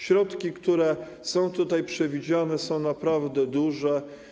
Środki, które są tutaj przewidziane, są naprawdę duże.